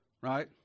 right